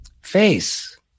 face